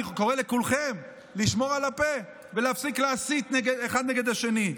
אני קורא לכולכם לשמור על הפה ולהפסיק להסית אחד נגד השני.